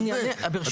אני אענה, ברשותך.